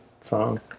song